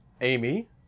Amy